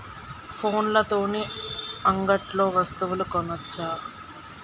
ఫోన్ల తోని అంగట్లో వస్తువులు కొనచ్చా?